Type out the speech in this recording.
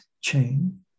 chain